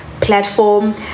platform